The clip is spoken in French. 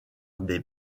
des